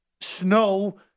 snow